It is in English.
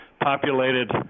populated